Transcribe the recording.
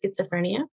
schizophrenia